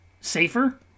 safer